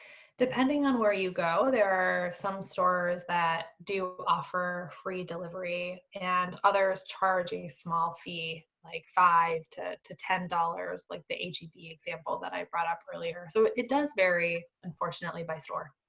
depending on where you go, there are some stores that do offer free delivery and others charge a small fee, like five to to ten dollars, like the h e b example that i brought up earlier. so it does vary unfortunately, by store.